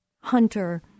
hunter